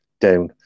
down